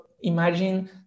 imagine